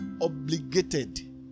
obligated